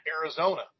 Arizona